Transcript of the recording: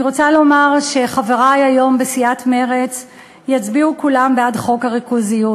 אני רוצה לומר שהיום חברי בסיעת מרצ יצביעו כולם בעד חוק הריכוזיות.